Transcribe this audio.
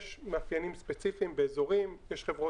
אני אתייחס לייצוא ואני אגיד את החלק שלנו